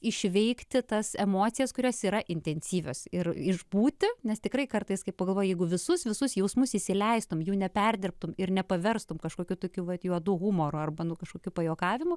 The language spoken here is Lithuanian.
išveikti tas emocijas kurios yra intensyvios ir išbūti nes tikrai kartais kai pagalvoji jeigu visus visus jausmus įsileistum jų neperdirbtum ir nepaverstum kažkokiu toki vat juodu humoru arba nu kažkokiu pajuokavimu